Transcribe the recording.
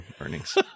earnings